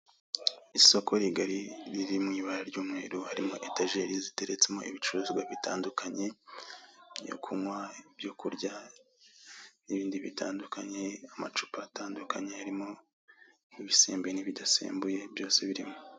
Isoko rigari riri mu ibara ry'umweru, harimo etajeri ziteretsemo ibicuruzwa bitandukanye; ibyo kunywa, ibyo kurya, n'ibindi bitandukanye, amacupa atandukanye, harimo nk'ibisembuye n'ibidasembuye, byose birimo.